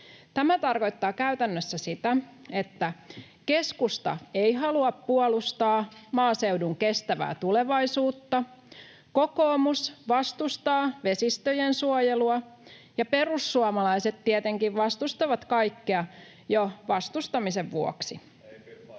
Tämä tarkoittaa käytännössä sitä, että keskusta ei halua puolustaa maaseudun kestävää tulevaisuutta, kokoomus vastustaa vesiensuojelua ja perussuomalaiset tietenkin vastustavat kaikkea jo vastustamisen vuoksi.